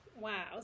Wow